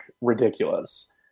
ridiculous